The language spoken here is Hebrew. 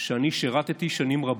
שאני שירתי בהן שנים רבות.